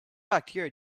bacteria